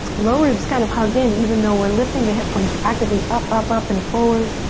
low ribs kind of hug in even though we're lifting the hip points actively up, up, up and forward.